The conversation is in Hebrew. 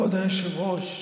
כבוד היושב-ראש,